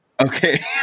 Okay